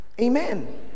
Amen